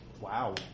Wow